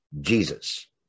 Jesus